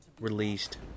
released